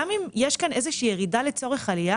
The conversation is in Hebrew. גם אם יש כאן איזושהי ירידה לצורך עלייה